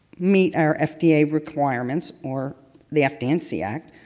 meet our fda requirements or the fd and c act